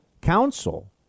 counsel